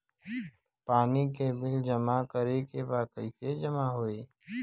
पानी के बिल जमा करे के बा कैसे जमा होई?